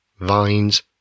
vines